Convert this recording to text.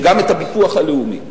וגם את הביטוח הלאומי,